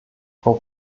frau